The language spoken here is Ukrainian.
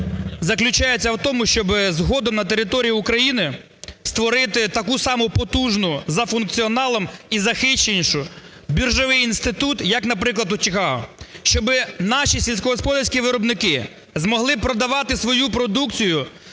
заключається в тому, щоби згодом на території України створити таку саму потужну за функціоналом і захищеністю біржовий інститут, як наприклад, у Чикаго, щоби наші сільськогосподарські виробники змогли продавати свою продукцію